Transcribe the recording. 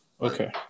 Okay